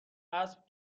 اسب